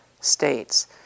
states